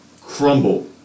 crumble